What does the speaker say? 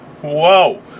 whoa